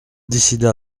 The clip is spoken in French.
décida